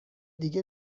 دیگه